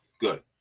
Good